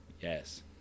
yes